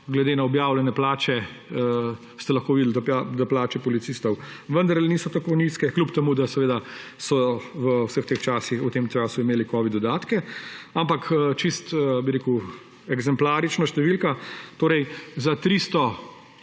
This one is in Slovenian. Glede na objavljene plače ste lahko videli, da plače policistov vendarle niso tako nizke, kljub temu da so v tem času imeli covid dodatke. Ampak čisto bi rekel eksemplarična številka, torej za 300